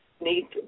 need